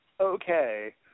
okay